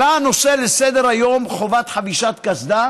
עלה הנושא לסדר-יום לכולם, חובת חבישת קסדה